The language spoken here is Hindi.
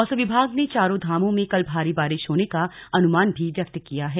मौसम विभाग ने चारों धामों में कल भारी बारिश होने का अनुमान भी व्यक्त किया है